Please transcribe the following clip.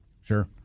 Sure